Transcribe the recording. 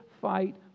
fight